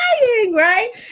right